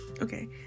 okay